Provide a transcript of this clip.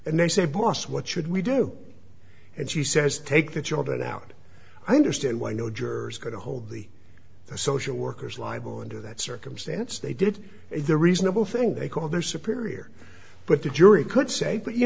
and they say boss what should we do and she says take the children out i understand why no jurors are going to hold the social workers liable under that circumstance they did the reasonable thing they called their superior but the jury could say but you